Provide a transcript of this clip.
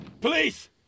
Police